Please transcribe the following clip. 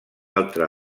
altra